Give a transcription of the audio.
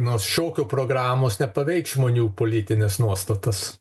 nors šokių programos nepaveiks žmonių politines nuostatas